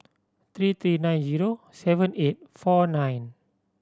three three nine zero seven eight four nine